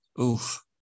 oof